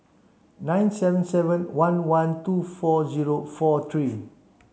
nine seven seven one one two four zero four three